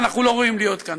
אנחנו לא ראויים להיות כאן.